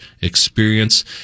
experience